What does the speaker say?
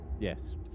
Yes